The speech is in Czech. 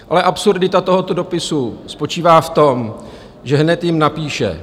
Ale absurdita tohoto dopisu spočívá v tom, že hned jim napíše: